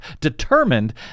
determined